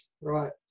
right